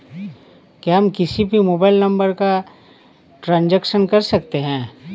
क्या हम किसी भी मोबाइल नंबर का ट्रांजेक्शन कर सकते हैं?